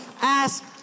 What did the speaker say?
ask